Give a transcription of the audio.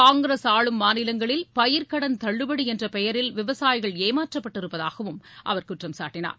காங்கிரஸ் ஆளும் மாநிலங்களில் பயிர்க்கடன் தள்ளுபடி என்ற பெயரில் விவசாயிகள் ஏமாற்றப்பட்டிருப்பதாகவும் அவர் குற்றம் சாட்டினார்